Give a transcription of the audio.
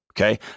Okay